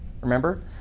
Remember